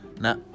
now